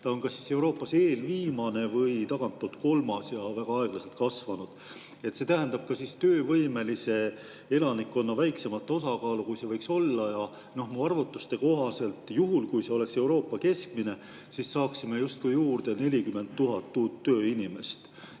see on Euroopas kas eelviimane või tagantpoolt kolmas ja väga aeglaselt kasvanud. See tähendab ka töövõimelise elanikkonna väiksemat osakaalu, kui see võiks olla. Minu arvutuste kohaselt, juhul kui see oleks Euroopa keskmine, me saaksime justkui juurde 40 000 tööinimest.